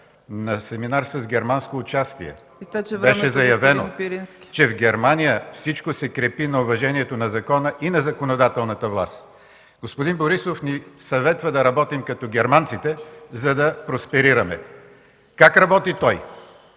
Пирински. ГЕОРГИ ПИРИНСКИ: … беше заявено, че в Германия всичко се крепи на уважението на закона и на законодателната власт. Господин Борисов ни съветва да работим като германците, за да просперираме. Как работи той?!